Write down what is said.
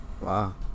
Wow